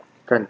kan